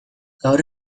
gaur